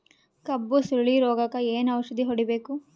ಕಬ್ಬು ಸುರಳೀರೋಗಕ ಏನು ಔಷಧಿ ಹೋಡಿಬೇಕು?